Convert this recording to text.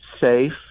safe